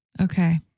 Okay